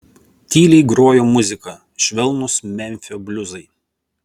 tyliai grojo muzika švelnūs memfio bliuzai